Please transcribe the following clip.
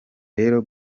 rero